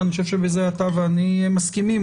ואני חושב שבזה אתה ואני מסכימים,